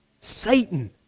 Satan